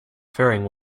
faring